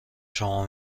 شما